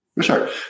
Sure